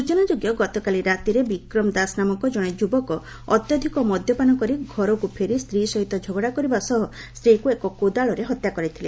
ସୂଚନାଯୋଗ୍ୟ ଗତକାଲି ରାତିରେ ବିକ୍ରମ ଦାସ ନାମକ ଜଣେ ଯୁବକ ଅତ୍ୟଧିକ ମଦ୍ୟପାନ କରି ଘରକୁ ଫେରି ସ୍ତୀ ସହିତ ଝଗଡ଼ା କରିବା ସହ ସ୍ୱୀକୁ ଏକ କୋଦାଳରେ ହତ୍ୟା କରିଥିଲା